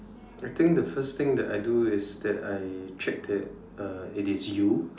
I think the first thing that I do is that I check that uh it is you